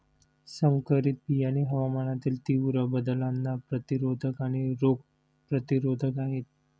संकरित बियाणे हवामानातील तीव्र बदलांना प्रतिरोधक आणि रोग प्रतिरोधक आहेत